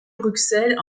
bruxelles